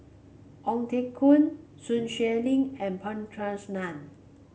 Ong Teng Koon Sun Xueling and P Krishnan